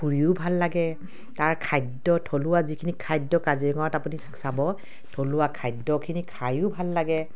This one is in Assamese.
ফুৰিও ভাল লাগে তাৰ খাদ্য থলুৱা যিখিনি খাদ্য কাজিৰঙাত আপুনি চাব থলুৱা খাদ্যখিনি খাইও ভাল লাগে